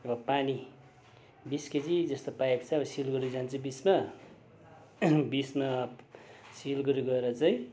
र पानी बिस केजी जस्तो पाइप चाहिँ अब सिलगढी जान्छु बिचमा बिचमा सिलगढी गएर चाहिँ